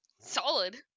Solid